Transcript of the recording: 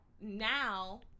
now